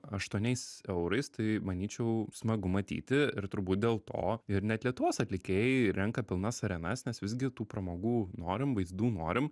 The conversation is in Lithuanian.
aštuoniais eurais tai manyčiau smagu matyti ir turbūt dėl to ir net lietuvos atlikėjai renka pilnas arenas nes visgi tų pramogų norim vaizdų norim